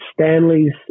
Stanley's